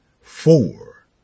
four